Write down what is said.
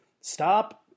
Stop